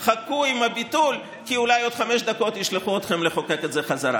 כי חבל לבזות את הכנסת.